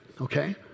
Okay